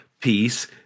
peace